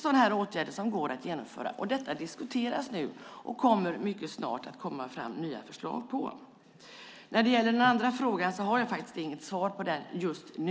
Sådana åtgärder går att genomföra. Detta diskuteras nu, och det kommer mycket snart nya förslag. Den andra frågan har jag faktiskt inget svar på just nu.